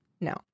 No